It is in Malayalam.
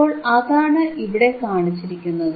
അപ്പോൾ അതാണ് ഇവിടെ കാണിച്ചിരിക്കുന്നത്